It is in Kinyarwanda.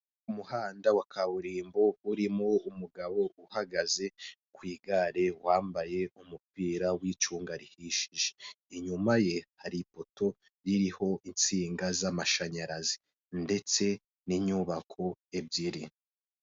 Umuhanda wa kaburimbo urimo umugabo uhagaze ku igare wambaye umupira w'icunga rihishije, inyuma ye hari ipoto ririho insinga z'amashanyarazi ndetse n'inyubako ebyiri.